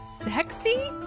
sexy